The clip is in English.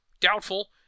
Doubtful